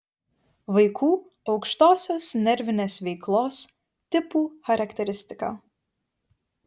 vaikų aukštosios nervinės veiklos tipų charakteristika